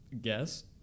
guess